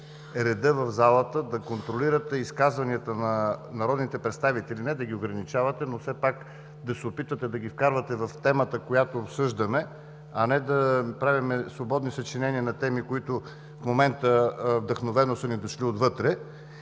реда в залата, да контролирате изказванията на народните представители – не да ги ограничавате, но все пак да се опитвате да ги вкарвате в темата, която обсъждаме, а не да правим свободни съчинения на теми, които в момента вдъхновено са ни дошли отвътре.